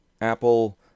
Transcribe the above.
apple